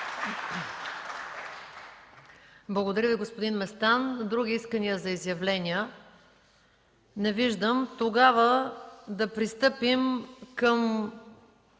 Благодаря Ви, господин Местан. Други искания за изявления? Не виждам. Да пристъпим към